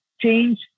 change